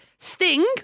Sting